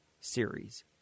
series